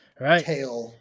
right